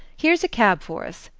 here's a cab for us.